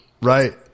Right